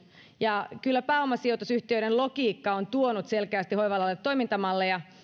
ja kyllä pääomasijoitusyhtiöiden logiikka on selkeästi tuonut hoiva alalle toimintamalleja